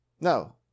No